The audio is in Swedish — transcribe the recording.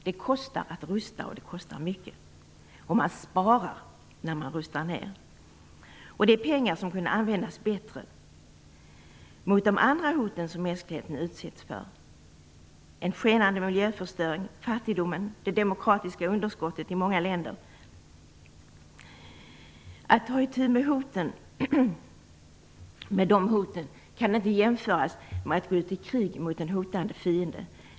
Det kostar att rusta, det kostar mycket, och man sparar när man rustar ner. Det är pengar som kunde användas bättre mot de andra hoten som mänskligheten utsätts för, en skenande miljöförstöring, fattigdomen och det demokratiska underskottet i många länder. Att ta itu med de hoten kan inte jämföras med att gå ut i krig mot en hotande fiende.